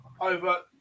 over